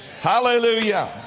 Hallelujah